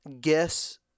guess